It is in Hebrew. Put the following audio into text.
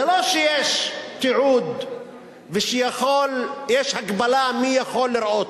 זה לא שיש תיעוד ויש הגבלה מי יכול לראות,